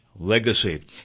Legacy